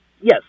Yes